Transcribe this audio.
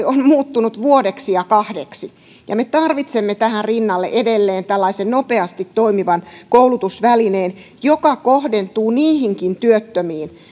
on muuttunut vuodeksi ja kahdeksi me tarvitsemme tähän rinnalle edelleen tällaisen nopeasti toimivan koulutusvälineen joka kohdentuu niihinkin työttömiin